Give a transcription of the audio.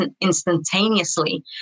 instantaneously